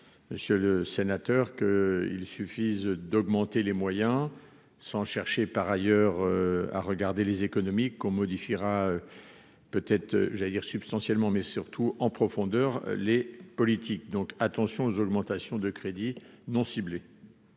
monsieur le sénateur qu'il suffise d'augmenter les moyens, sans chercher par ailleurs à regarder les économique qu'on modifiera peut être, j'allais dire substantiellement, mais surtout en profondeur les politiques donc attention aux augmentations de crédits non ciblées.